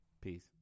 Peace